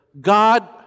God